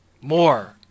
More